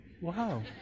Wow